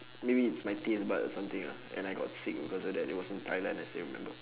maybe is my taste buds or something ah and I got sick because of that it was in thailand I still remember